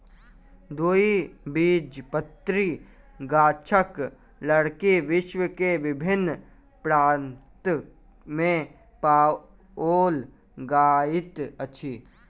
द्विबीजपत्री गाछक लकड़ी विश्व के विभिन्न प्रान्त में पाओल जाइत अछि